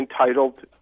entitled